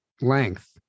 length